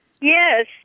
Yes